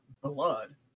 blood